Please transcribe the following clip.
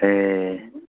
ए